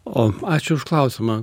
o ačiū už klausimą